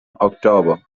october